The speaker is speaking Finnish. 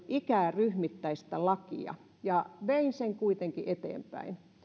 ikäryhmittäistä lakia ja vein sen kuitenkin eteenpäin